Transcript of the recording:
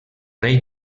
rei